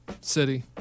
city